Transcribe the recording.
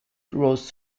rose